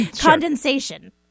Condensation